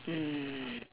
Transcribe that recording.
mm